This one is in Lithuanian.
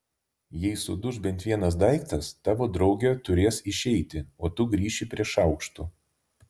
jei suduš bent vienas daiktas tavo draugė turės išeiti o tu grįši prie šaukštų